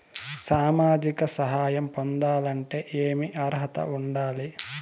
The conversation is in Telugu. సామాజిక సహాయం పొందాలంటే ఏమి అర్హత ఉండాలి?